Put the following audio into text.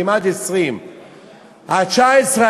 כמעט 20. ה-19,